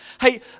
Hey